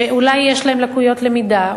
שאולי יש להם לקויות למידה,